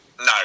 No